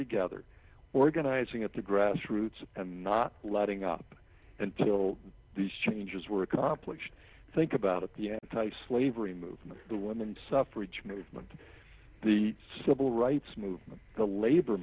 together organizing at the grassroots and not letting up until these changes were accomplished think about it the anti slavery movement the women's suffrage movement the civil rights movement the labor